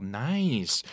nice